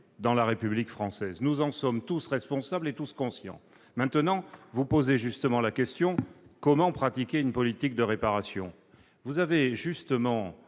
de la République française. Nous en sommes tous responsables et tous conscients. Vous posez justement la question : comment pratiquer une politique de réparation ? Vous avez évoqué,